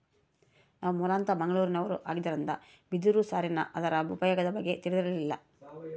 ನಾವು ಮೂಲತಃ ಮಂಗಳೂರಿನವರು ಆಗಿದ್ದರಿಂದ ಬಿದಿರು ಸಾರಿನ ಅದರ ಉಪಯೋಗದ ಬಗ್ಗೆ ತಿಳಿದಿರಲಿಲ್ಲ